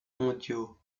mondiaux